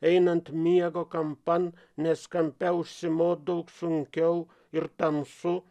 einant miego kampan nes kampe užsimot daug sunkiau ir tamsu